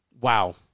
Wow